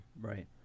right